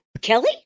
kelly